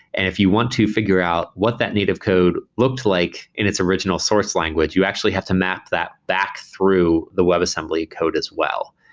and if you want to figure out what that native code looks like in its original source language, you actually have to map that back through the webassembly code as well.